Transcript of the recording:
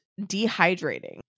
dehydrating